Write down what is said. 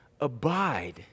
abide